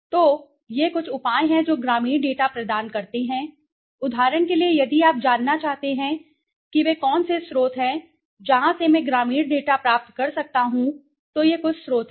तो ये कुछ उपाय हैं जो ग्रामीण डेटा प्रदान करते हैं उदाहरण के लिए यदि आप जानना चाहते हैं कि वे कौन से स्रोत हैं जहाँ से मैं ग्रामीण डेटा प्राप्त कर सकता हूँ तो ये कुछ स्रोत हैं